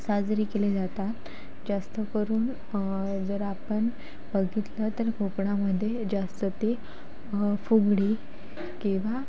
साजरे केले जातात जास्त करून जर आपण बघितलं तर कोकणामध्ये जास्त ते फुगडी किंवा